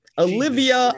Olivia